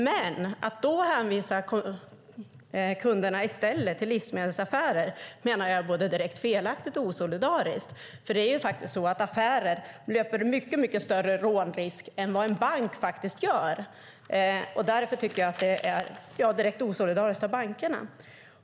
Men att då i stället hänvisa kunderna till livsmedelsaffärer menar jag är både direkt felaktigt och osolidariskt, för affärer löper mycket större rånrisk än vad en bank faktiskt gör. Därför tycker jag att det är direkt osolidariskt av bankerna.